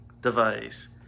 device